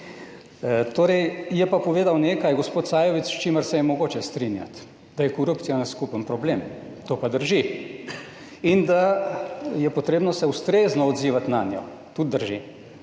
Torej, je pa povedal nekaj gospod Sajovic, s čimer se je mogoče strinjati, da je korupcija naš skupen problem, to pa drži, in da je potrebno se ustrezno odzivati na njo. Tudi drži.